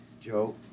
Joe